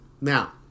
Now